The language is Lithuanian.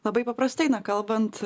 labai paprastai na kalbant